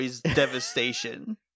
devastation